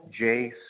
Jace